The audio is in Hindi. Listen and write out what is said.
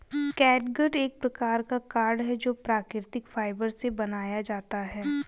कैटगट एक प्रकार का कॉर्ड है जो प्राकृतिक फाइबर से बनाया जाता है